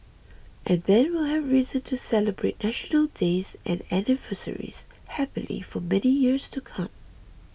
and then we'll have reason to celebrate National Days and anniversaries happily for many years to come